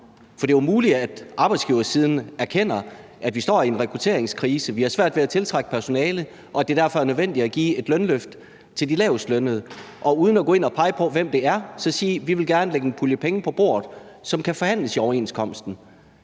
For det er jo muligt, at arbejdsgiversiden erkender, at vi står i en rekrutteringskrise, at vi har svært ved at tiltrække personale, og at det derfor er nødvendigt at give et lønløft til de lavestlønnede, og siger uden at gå ind og pege på, hvem det er, at vi gerne vil lægge en pulje penge på bordet, som kan forhandles i overenskomsten.